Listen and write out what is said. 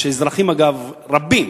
כשאזרחים, אגב, רבים,